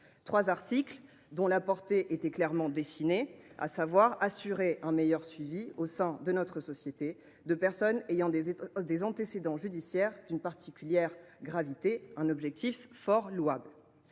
trois articles à la portée clairement dessinée, à savoir assurer un meilleur suivi, au sein de notre société, de personnes ayant des antécédents judiciaires d’une particulière gravité. Cet objectif est fort louable.